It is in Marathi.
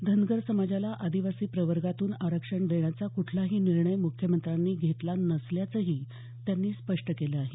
धनगर समाजाला आदिवासी प्रवर्गातून आरक्षण देण्याचा कुठलाही निर्णय मुख्यमंत्र्यांनी घेतला नसल्याचंही त्यांनी स्पष्ट केलं आहे